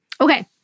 Okay